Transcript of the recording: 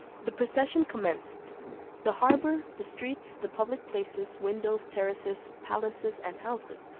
the procession commenced the harbour, the streets, the public places, windows, terraces, palaces, and houses,